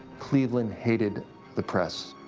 cleveland hated the press.